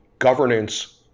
governance